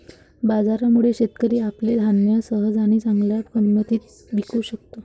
बाजारामुळे, शेतकरी आपले धान्य सहज आणि चांगल्या किंमतीत विकू शकतो